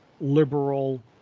liberal